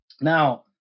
Now